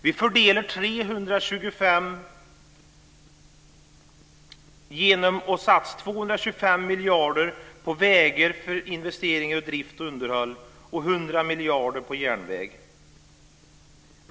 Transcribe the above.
Vi fördelar dessa 325 miljarder genom att satsa 225 miljarder på vägar, för investering, drift och underhåll, och 100 miljarder på järnväg.